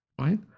right